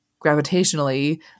gravitationally